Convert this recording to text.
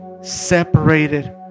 separated